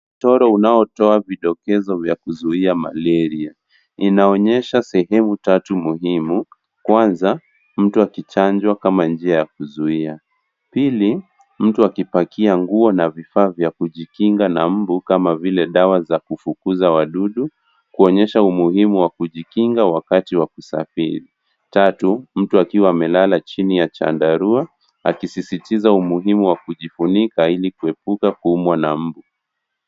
Mtoro unaotoa vidokezo vya kuzuia malaria. Inaonyesha sehemu tatu muhimu, kwanza mtu akichanjwa kama njia ya kuzuia, pili mtu akipakia nguo na vifaa vya kujikinga na mbu kama vile dawa za kufukuza wadudu kuonyesha umuhimu wa kujikinga wakati wa kusafiri, tatu mtu akiwa amelala chini ya chandarua akisisitiza umuhimu wa kujifunika ili kuepuka kuumwa na mbu.